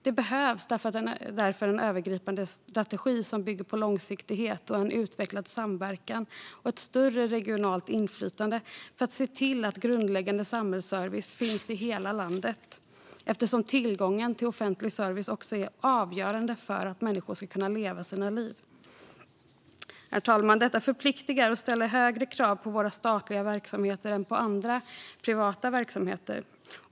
Det behövs en övergripande strategi som bygger på långsiktighet, utvecklad samverkan och större regionalt inflytande för att se till att grundläggande samhällsservice finns i hela landet eftersom tillgången till offentlig service är avgörande för att människor ska kunna leva sina liv. Detta förpliktar, herr talman, och ställer högre krav på statliga verksamheter än på privata verksamheter.